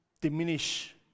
diminish